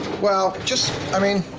well, just, i mean.